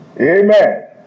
amen